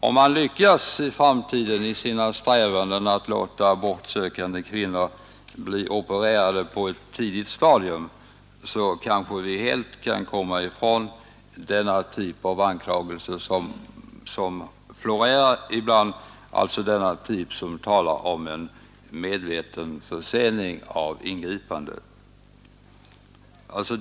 Om man i framtiden lyckas i strävandena att låta abortsökande kvinnor bli opererade på ett tidigt stadium, kanske vi helt kan slippa de anklagelser för en medveten försening av ingreppet som ibland florerar.